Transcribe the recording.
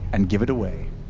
and give it away.